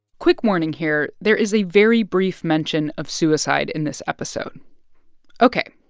quick warning here there is a very brief mention of suicide in this episode ok.